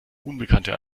unbekannte